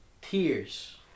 tears